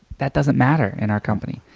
that doesn't matter in our company,